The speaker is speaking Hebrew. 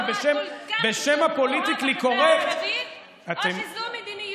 זה מקרי שרמת התחלואה כל כך גבוהה בחברה הערבית או שזו מדיניות?